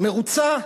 מרוצה?